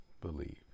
believe